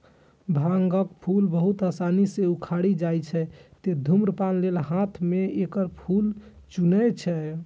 भांगक फूल बहुत आसानी सं उखड़ि जाइ छै, तें धुम्रपान लेल हाथें सं एकर फूल चुनै छै